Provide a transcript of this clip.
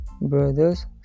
Brother's